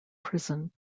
prison